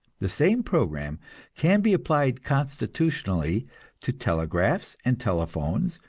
the same program can be applied constitutionally to telegraphs and telephones,